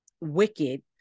wicked